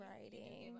writing